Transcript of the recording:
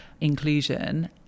inclusion